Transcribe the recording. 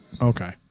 Okay